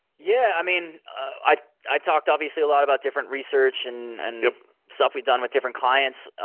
yeah. i mean i i talked obviously a lot about different research and and stuff we've done with different clients.